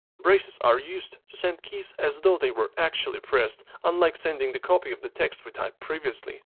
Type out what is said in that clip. braces are used to send keys as though they were actually pressed unlike sending the copy of the text we typed previously.